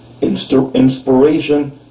inspiration